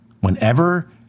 Whenever